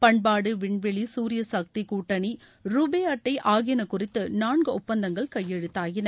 பண்பாடு விண்வெளி சூரிய சக்தி கூட்டணி ரூபே அட்டை ஆகியன குறித்த நான்கு ஒப்பந்தங்கள் கையெழுத்தாயின